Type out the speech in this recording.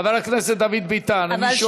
חבר הכנסת דוד ביטן, אני שואל.